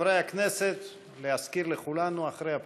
חברי הכנסת, להזכיר לכולנו אחרי הפגרה,